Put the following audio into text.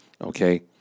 Okay